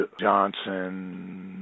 Johnson